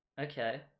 Okay